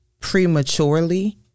prematurely